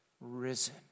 risen